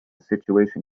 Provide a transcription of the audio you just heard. situation